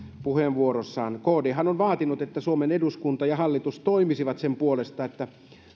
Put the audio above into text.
puheenvuorossaan kdhan on vaatinut että suomen eduskunta ja hallitus toimisivat sen puolesta että